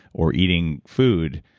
or eating food,